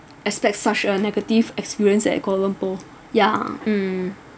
expect such a negative experience at kuala lumpur yeah mm